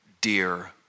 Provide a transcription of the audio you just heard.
dear